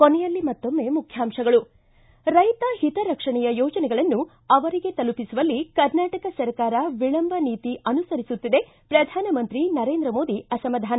ಕೊನೆಯಲ್ಲಿ ಮತ್ತೊಮ್ಮೆ ಮುಖ್ಯಾಂಶಗಳು ಿಂ ರೈತ ಹಿತರಕ್ಷಣೆಯ ಯೋಜನೆಗಳನ್ನು ಅವರಿಗೆ ತಲುಪಿಸುವಲ್ಲಿ ಕರ್ನಾಟಕ ಸರ್ಕಾರ ವಿಳಂಬ ನೀತಿ ಅನುಸರಿಸುತ್ತಿದೆ ಪ್ರಧಾನಮಂತ್ರಿ ನರೇಂದ್ರ ಮೋದಿ ಅಸಮಾಧಾನ